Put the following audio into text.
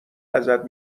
ازت